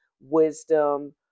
wisdom